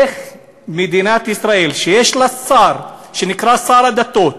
איך במדינת ישראל, שיש לה שר שנקרא שר הדתות,